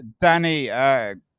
Danny